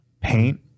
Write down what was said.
paint